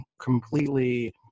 completely